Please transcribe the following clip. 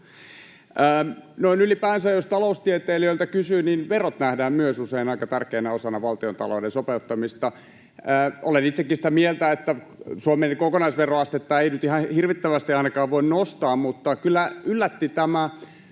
Noin ylipäänsä, jos taloustieteilijöiltä kysyy, niin verot nähdään myös usein aika tärkeänä osana valtiontalouden sopeuttamista. Olen itsekin sitä mieltä, että Suomen kokonaisveroastetta ei nyt ihan hirvittävästi ainakaan voi nostaa, mutta kyllä yllätti tämä